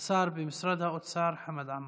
השר במשרד האוצר חמד עמאר,